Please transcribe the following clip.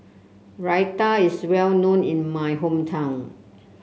raita is well known in my hometown